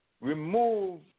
remove